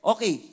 Okay